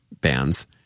bands